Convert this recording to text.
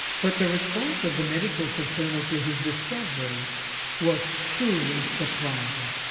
but the response of the medical fraternal to his discovery was truly surprising.